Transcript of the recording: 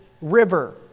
river